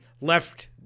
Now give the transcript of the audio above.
left